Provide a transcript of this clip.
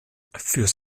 fürs